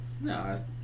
No